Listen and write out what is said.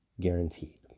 guaranteed